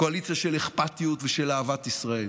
קואליציה של אכפתיות ושל אהבת ישראל.